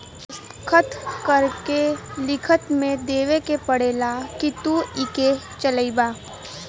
दस्खत करके लिखित मे देवे के पड़ेला कि तू इके चलइबा